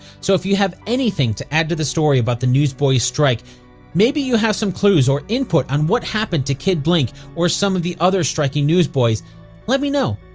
so if you have anything to add to the story about the newsboys' strike maybe you have some clues or input on what happened to kid blink or some of the other striking newsboys let me know!